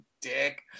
dick